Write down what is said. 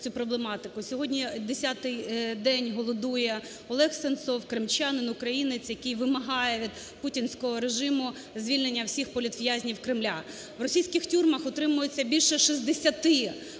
Сьогодні десятий день голодує Олег Сенцов, кримчанин, українець, який вимагає від путінського режиму звільнення всіх політв'язнів Кремля. В російських тюрмах утримують більше 60